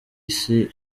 isi